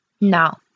Now